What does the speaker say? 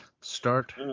Start